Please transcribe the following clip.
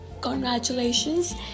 congratulations